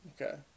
Okay